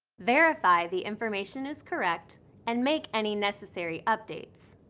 verify the information is correct and make any necessary updates.